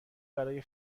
برای